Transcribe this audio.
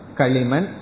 kaliman